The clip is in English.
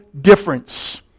difference